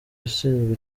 ushinzwe